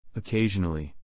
occasionally